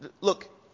look